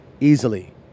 Easily